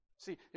See